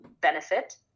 benefit